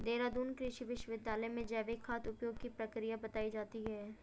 देहरादून कृषि विश्वविद्यालय में जैविक खाद उपयोग की प्रक्रिया बताई जाती है